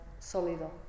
sólido